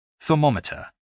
Thermometer